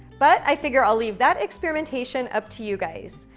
but i figure i'll leave that experimentation up to you guys,